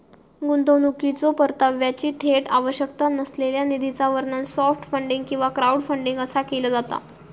गुंतवणुकीच्यो परताव्याची थेट आवश्यकता नसलेल्या निधीचा वर्णन सॉफ्ट फंडिंग किंवा क्राऊडफंडिंग असा केला जाता